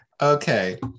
Okay